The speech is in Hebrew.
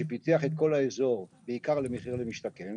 שפיתח את כל האזור בעיקר ל- ׳מחיר למשתכן׳,